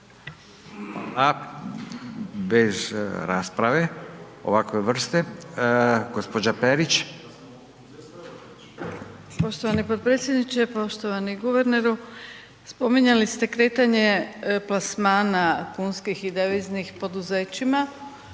Bez rasprave ovakve vrste. Gospođa Perić. **Perić, Grozdana (HDZ)** Poštovani potpredsjedniče, poštovani guverneru, spominjali ste kretanje plasmana kunskih i deviznih poduzećima